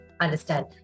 Understand